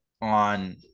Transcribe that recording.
on